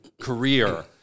career